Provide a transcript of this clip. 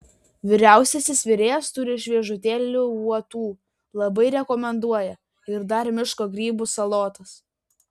vyriausiasis virėjas turi šviežutėlių uotų labai rekomenduoja ir dar miško grybų salotas